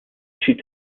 schied